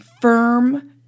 firm